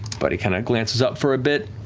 but he kind of glances up for a bit.